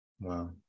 wow